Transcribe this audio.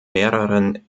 mehreren